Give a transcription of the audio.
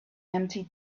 empty